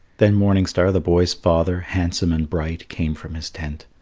then morning star, the boy's father, handsome and bright, came from his tent.